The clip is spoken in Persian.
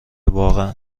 واقعا